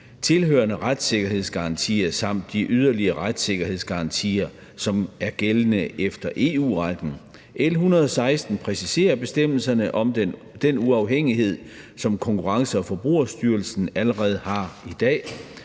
tilhørende retssikkerhedsgarantier samt de yderligere retssikkerhedsgarantier, som er gældende efter EU-retten. L 116 præciserer bestemmelserne om den uafhængighed, som Konkurrence- og Forbrugerstyrelsen allerede har i dag,